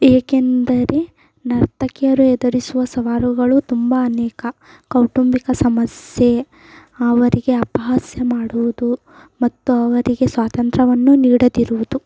ಏಕೆಂದರೆ ನರ್ತಕಿಯರು ಎದುರಿಸುವ ಸವಾಲುಗಳು ತುಂಬಾ ಅನೇಕ ಕೌಟುಂಬಿಕ ಸಮಸ್ಯೆ ಅವರಿಗೆ ಅಪಹಾಸ್ಯ ಮಾಡುವುದು ಮತ್ತು ಅವರಿಗೆ ಸ್ವಾತಂತ್ರವನ್ನು ನೀಡದಿರುವುದು